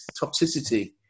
toxicity